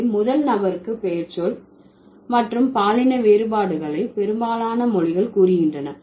இதில் முதல் நபருக்கு பெயர்ச்சொல் மற்றும் பாலின வேறுபாடுகளை பெரும்பாலான மொழிகள் கூறுகின்றன